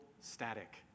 static